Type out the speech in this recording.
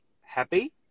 happy